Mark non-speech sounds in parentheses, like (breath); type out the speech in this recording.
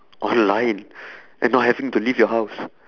online (breath) and not having to leave your house